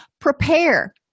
Prepare